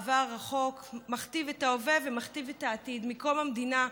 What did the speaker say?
העבר הרחוק מכתיב את ההווה ומכתיב את העתיד מקום המדינה,